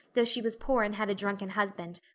though she was poor and had a drunken husband.